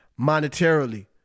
monetarily